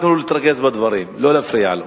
תנו לו להתרכז בדברים ולא להפריע לו.